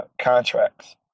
contracts